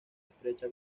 estrecha